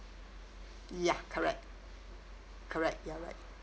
ya correct correct you're right